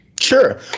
Sure